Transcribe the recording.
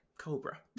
Cobra